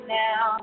now